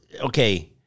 Okay